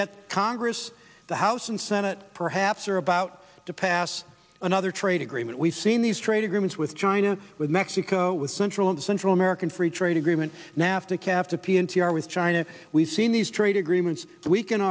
yet congress the house and senate perhaps are about to pass another trade agreement we've seen these trade agreements with china with mexico with central and central american free trade agreement nafta captive p n t r with china we've seen these trade agreements that weaken